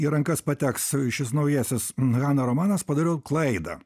į rankas pateks šis naujasis hana romanas padariau klaidą